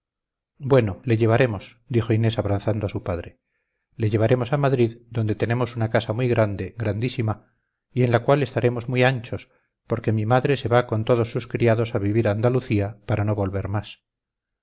bueno le llevaremos dijo inés abrazando a su padre le llevaremos a madrid donde tenemos una casa muy grande grandísima y en la cual estaremos muy anchos porque mi madre se va con todos sus criados a vivir a andalucía para no volver más